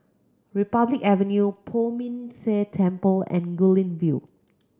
Republic Avenue Poh Ming Tse Temple and Guilin View